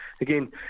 Again